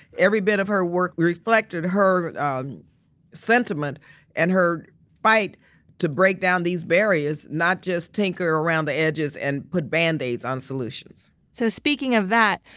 every bit of her work reflected her sentiment and her fight to break down these barriers, not just tinker around the edges and put band-aids on solutions. so speaking of that,